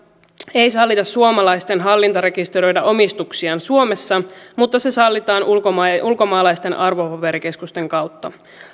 ei sallita suomalaisten hallintarekisteröidä omistuksiaan suomessa mutta sallitaan ulkomaalaisten arvopaperikeskusten kautta